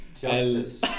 Justice